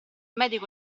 medico